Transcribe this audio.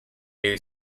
new